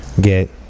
get